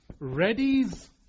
readies